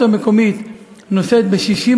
כבוד השר,